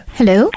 Hello